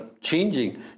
changing